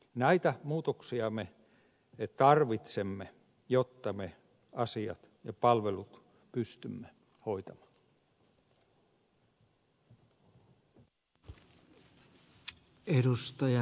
näitä muutoksia me tarvitsemme jotta me asiat ja palvelut pystymme hoitamaan